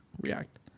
react